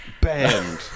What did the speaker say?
Banned